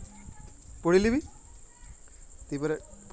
অলেক রকমের উভিদের ওপর যখন শুয়পকাকে চ্ছাড়ে দেওয়া হ্যয় সেটার ওপর সে সিল্ক বালায়